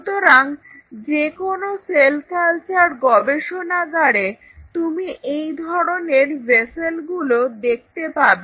সুতরাং যেকোনো cell culture গবেষণাগারে তুমি এই ধরনের ভেসেলগুলো দেখতে পাবে